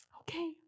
okay